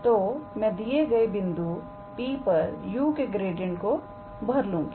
तो मैं दिए गए बिंदु P पर u के ग्रेडियंट को भर लूंगी